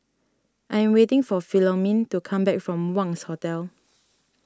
I am waiting for Philomene to come back from Wangz Hotel